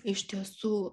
iš tiesų